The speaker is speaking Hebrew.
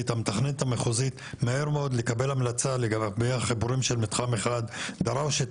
מהמתכננת המחוזית מהר מאוד לקבל המלצה לגבי החיבורים של מתחם 1. דראושה,